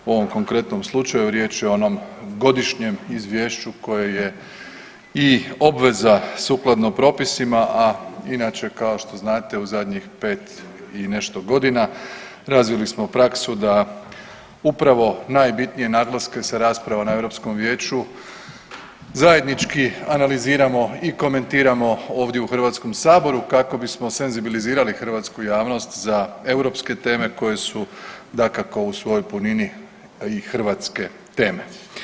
U ovom konkretnom slučaju riječ je o onom godišnjem izvješću koje je i obveza sukladno propisima, a inače kao što znate u zadnjih 5 i nešto godina razvili smo praksu da upravo najbitnije naglaske sa rasprava na Europskom vijeću zajednički analiziramo i komentiramo ovdje u HS kako bismo senzibilizirali hrvatsku javnost za europske teme koje su dakako u svojoj punini i hrvatske teme.